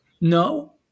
No